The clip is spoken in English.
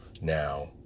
Now